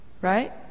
right